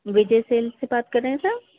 وجے sales سے بات کر رہے ہیں سر